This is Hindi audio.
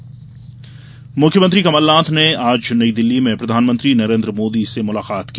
कमलनाथ मुख्यमंत्री कमलनाथ ने आज नई दिल्ली में प्रधानमंत्री नरेन्द्र मोदी से मुलाकात की